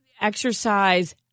exercise